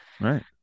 Right